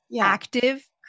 active